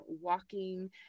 walking